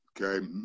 okay